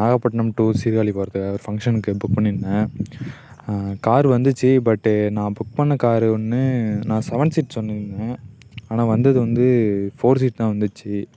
Nagapattinam to Sirkazhi போகிறதுக்காக ஃபங்க்ஷனுக்கு book பண்ணியிருந்தேன் கார் வந்துச்சு பட்டு நான் புக் பண்ணிண காரு ஒன்று நா செவன் சீட் சொல்லியிருந்தேன் ஆனால் வந்தது வந்து ஃபோர் சீட் தான் வந்துச்சு